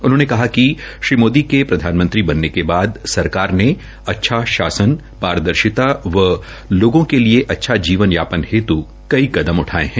उन्होने कहा कि श्री मोदी ने प्रधानमंत्री बनने के बाद सरकार ने अच्छा शासन पारदर्शिता व लोगों के लिए अच्छा जीवन यापन हेत् कई कदम उठाये है